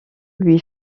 lui